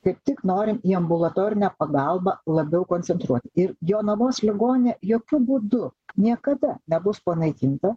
kaip tik norim į ambulatorinę pagalbą labiau koncentruoti ir jonavos ligoninė jokiu būdu niekada nebus panaikinta